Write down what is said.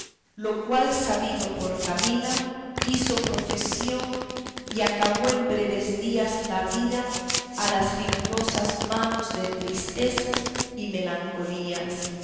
lo cual sabido por camila hizo profesión y acabó en breves días la vida a las rigurosas manos de tristezas y melancolías éste